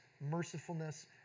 mercifulness